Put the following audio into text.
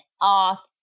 off